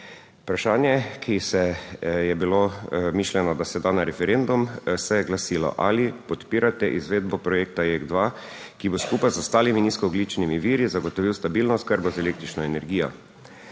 Vprašanje, ki se je bilo mišljeno, da se da na referendum, se je glasilo: "Ali podpirate izvedbo projekta JEK2, ki bo skupaj z ostalimi nizkoogljičnimi viri zagotovil stabilno oskrbo z električno energijo?"